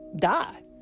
die